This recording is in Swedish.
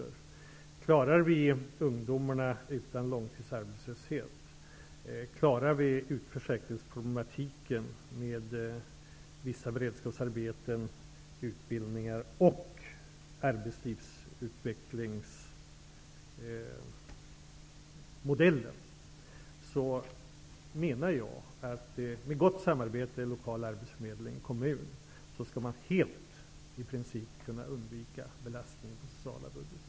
Om vi klarar ungdomarna från långtidsarbetslöshet och om vi klarar utförsäkringsproblemen med vissa beredskapsarbeten, utbildningar och arbetslivsutvecklingsmodellen, skall vi helt kunna undvika belastning på den sociala budgeten genom gott samarbete mellan den lokala arbetsförmedlingen och kommunen.